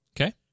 Okay